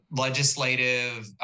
legislative